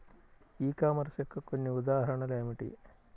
ఈ కామర్స్ యొక్క కొన్ని ఉదాహరణలు ఏమిటి?